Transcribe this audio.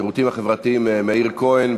והשירותים החברתיים מאיר כהן.